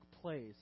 place